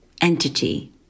entity